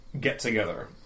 get-together